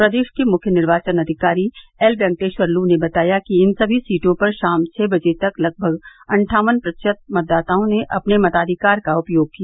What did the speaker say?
प्रदेश के मुख्य निर्वाचन अधिकारी एलवेंकटेश्वर लू ने बताया कि इन सभी सीटों पर शाम छह बजे तक लगभग अट्ठावन प्रतिशत मतदाताओं ने अपने मताधिकार का उपयोग किया